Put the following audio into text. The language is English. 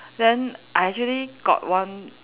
then I actually got one